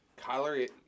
Kyler